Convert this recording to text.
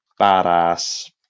badass